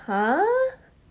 !huh!